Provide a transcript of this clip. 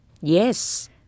Yes